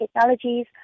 Technologies